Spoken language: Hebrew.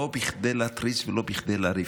לא כדי להתריס ולא כדי לריב,